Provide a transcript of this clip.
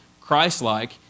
Christ-like